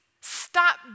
stop